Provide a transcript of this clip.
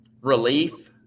Relief